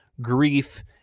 grief